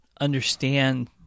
understand